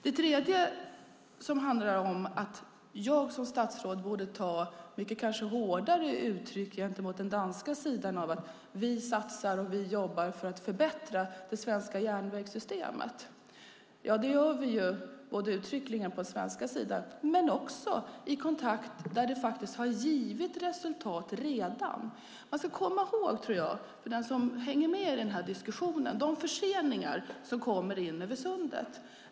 Det tredje handlar om att jag som statsråd borde använda hårdare uttryck gentemot den danska sidan utifrån att vi satsar och jobbar för att förbättra det svenska järnvägssystemet. Det gör vi uttryckligen på den svenska sidan men också i kontakter där det faktiskt redan har givit resultat. Jag tror att de som hänger med i denna diskussion ska komma ihåg en sak när det gäller förseningar i trafiken över Sundet.